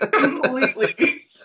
completely